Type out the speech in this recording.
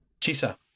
Chisa